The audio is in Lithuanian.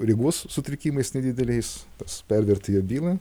regos sutrikimais nedideliais tas perverti jo bylą